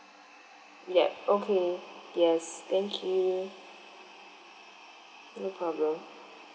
ya okay yes thank you no problem